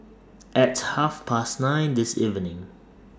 At Half Past nine This evening